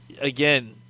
again